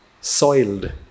soiled